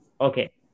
Okay